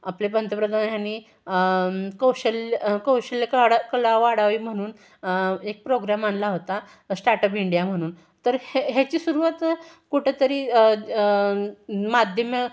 आपले पंतप्रधान ह्यांनी कौशल कौशल्य काडा कला वाढावी म्हणून एक प्रोग्रॅम आणला होता स्टार्टअप इंडिया म्हणून तर हे ह्याची सुरुवात कुठंतरी माध्यम्य